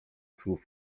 słów